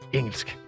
engelsk